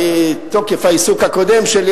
מתוקף העיסוק הקודם שלי,